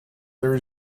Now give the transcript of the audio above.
there